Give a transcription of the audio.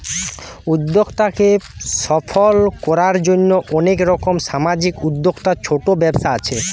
উদ্যোক্তাকে সফল কোরার জন্যে অনেক রকম সামাজিক উদ্যোক্তা, ছোট ব্যবসা আছে